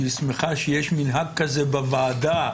שהיא שמחה שיש מנהג כזה בוועדה,